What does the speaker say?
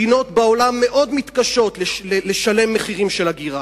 מדינות בעולם מאוד מתקשות לשלם מחירים של הגירה.